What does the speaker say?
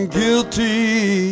guilty